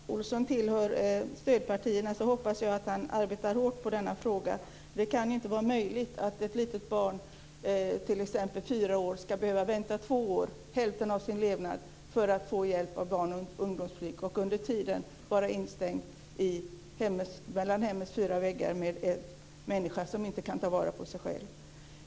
Fru talman! Eftersom Rolf Olsson tillhör stödpartierna hoppas jag att han arbetar hårt med denna fråga. Ett litet barn på t.ex. 4 år ska inte behöva vänta två år, hälften av sin levnad, för att få hjälp av barnoch ungdomspsykiatrin och under den tiden vara instängt mellan hemmets fyra väggar med en människa som inte kan ta vara på sig själv.